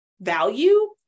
value